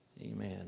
Amen